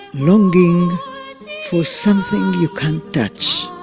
longing for something you can't touch